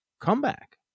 comeback